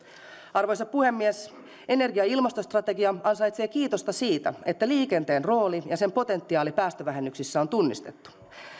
arvoisa puhemies energia ja ilmastostrategia ansaitsee kiitosta siitä että liikenteen rooli ja sen potentiaali päästövähennyksissä on tunnistettu